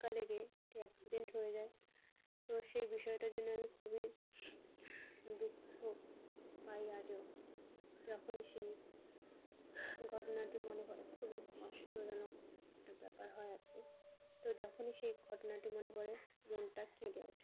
ধাক্কা লেগে একটি অ্যাক্সিডেন্ট হয়ে যায় তো সেই বিষয়টার জন্য আমি খুবই দুঃখ পাই আজও যখনই সেই ঘটনাটি মনে পড়ে খুবই কষ্টজনক একটা ব্যাপার হয় আর কি তো যখনই সেই ঘটনাটি মনে পড়ে মনটা কেঁদে ওঠে